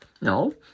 No